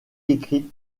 écrite